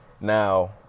Now